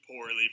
poorly